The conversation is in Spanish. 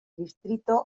distrito